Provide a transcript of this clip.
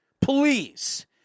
please